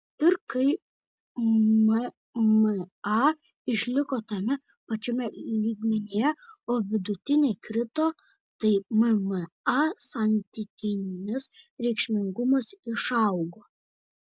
ir kai mma išliko tame pačiame lygmenyje o vidutinė krito tai mma santykinis reikšmingumas išaugo